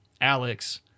Alex